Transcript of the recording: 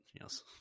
yes